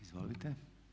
Izvolite.